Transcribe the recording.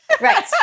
right